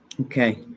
Okay